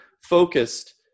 focused